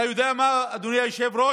אתה יודע מה, אדוני היושב-ראש?